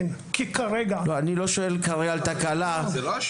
כן, כי כרגע --- אני לא שואל על תקלה, כרגע.